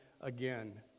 again